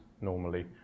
normally